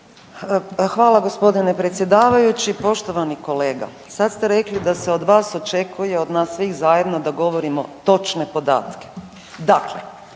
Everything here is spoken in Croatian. Hvala g. predsjedavajući. Poštovani kolega. Sad ste rekli da se od vas očekuje, od nas svih zajedno da govorimo točne podatke.